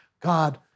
God